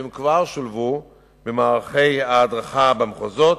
שכבר שולבו במערכי ההדרכה במחוזות,